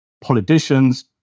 politicians